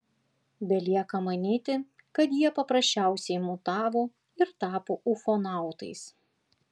belieka manyti kad jie paprasčiausiai mutavo ir tapo ufonautais